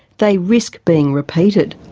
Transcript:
they risk being repeated.